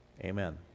Amen